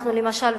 למשל,